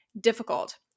difficult